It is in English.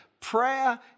Prayer